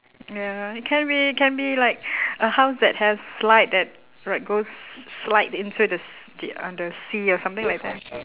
ya it can be it can be like a house that has slide that like goes slide into the se~ uh the sea or something like that ah